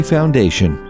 Foundation